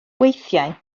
weithiau